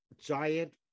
giant